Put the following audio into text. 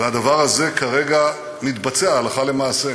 והדבר הזה כרגע מתבצע הלכה למעשה.